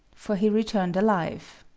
for he returned alive.